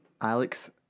Alex